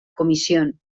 comisión